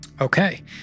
Okay